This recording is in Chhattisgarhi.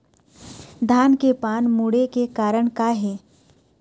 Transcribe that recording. धान के पान मुड़े के कारण का हे?